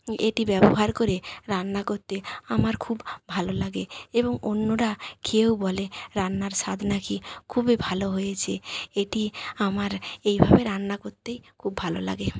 এটি ব্যবহার করে রান্না করতে আমার খুব ভালো লাগে এবং অন্যরা খেয়েও বলে রান্নার স্বাদ নাকি খুবই ভালো হয়েছে এটি আমার এইভাবে রান্না কোরতেই খুব ভালো লাগে